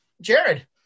Jared